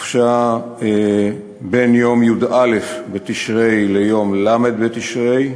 חופשה בין יום י"א בתשרי ליום ל' בתשרי,